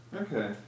Okay